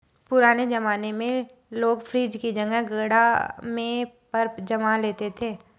पुराने जमाने में लोग फ्रिज की जगह घड़ा में बर्फ जमा लेते थे